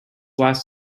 last